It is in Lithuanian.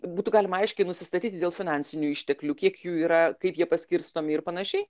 būtų galima aiškiai nusistatyti dėl finansinių išteklių kiek jų yra kaip jie paskirstomi ir panašiai